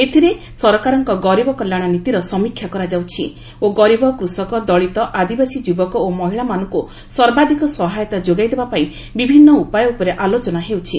ଏଥିରେ ସରକାରଙ୍କ ଗରିବ କଲ୍ୟାଣ ନୀତିର ସମୀକ୍ଷା କରାଯାଉଛି ଓ ଗରିବ କୃଷକ ଦଳିତ ଆଦିବାସୀ ଯୁବକ ଓ ମହିଳାମାନଙ୍କୁ ସର୍ବାଧିକ ସହାୟତା ଯୋଗାଇଦେବାପାଇଁ ବିଭିନ୍ନ ଉପାୟ ଉପରେ ଆଲୋଚନା ହେଉଛି